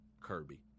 Kirby